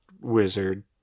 wizard